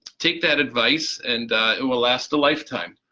take that advice and it will last a lifetime,